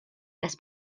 nes